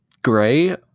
gray